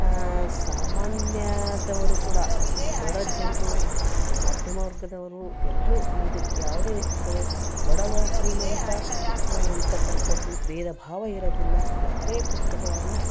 ಸಾಮಾನ್ಯದವರು ಕೂಡ ಬಡ ಜನರು ಮಧ್ಯಮ ವರ್ಗದವರು ಎಲ್ಲರೂ ಇದು ಯಾವುದೇ ಸಹ ಬಡವ ಶ್ರೀಮಂತ ಅನ್ನತಕ್ಕಂಥದ್ದು ಭೇದ ಭಾವ ಇರೋದಿಲ್ಲ ಯಾರೇ ಪುಸ್ತಕವನ್ನು